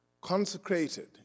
consecrated